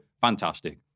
Fantastic